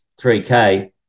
3K